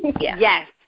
Yes